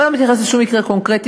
אני לא מתייחסת לשום מקרה קונקרטי,